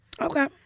Okay